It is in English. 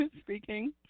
speaking